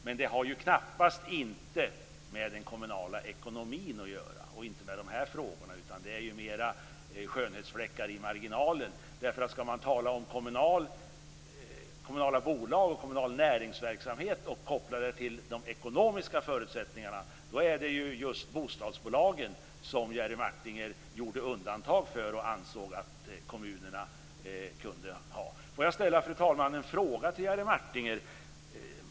Men det har knappast med den kommunala ekonomin att göra, och inte med de här frågorna, utan det är mera skönhetsfläckar i marginalen. Skall man tala om kommunala bolag och kommunal näringsverksamhet och koppla det till de ekonomiska förutsättningarna, är det just bostadsbolagen, som Jerry Martinger gjorde undantag för och ansåg att kommunerna kunde ha. Får jag ställa en fråga till Jerry Martinger.